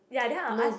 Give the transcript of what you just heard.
ya I'll ask